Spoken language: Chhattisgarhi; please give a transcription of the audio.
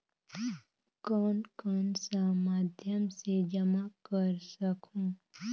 कौन कौन सा माध्यम से जमा कर सखहू?